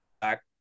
back